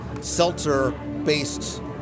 seltzer-based